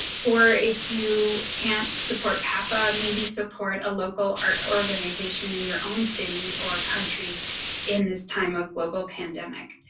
or if you can't support panda maybe support a local art organization in your own city or country in this time of global pandemic.